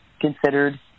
considered